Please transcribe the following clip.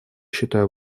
считаю